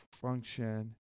function